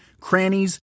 crannies